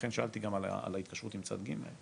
לכן שאלתי גם על ההתקשרות עם צד ג',